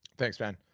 thanks, ben.